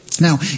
Now